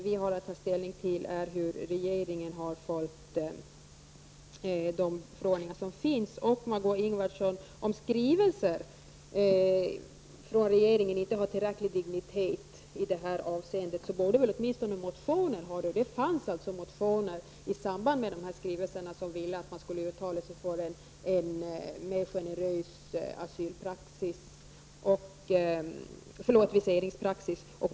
Vi har att ta ställning till hur regeringen har följt de förordningar som finns. Det fanns således motioner i samband med dessa skrivelser som ville att man skulle uttala sig för en mer generös viseringspraxis.